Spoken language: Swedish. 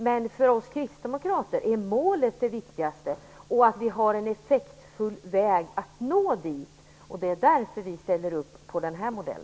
Men för oss kristdemokrater är målet viktigast, liksom att vi har en effektfull väg dit. Därför ställer vi upp på föreslagna modell.